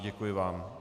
Děkuji vám.